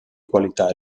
qualità